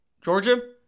Georgia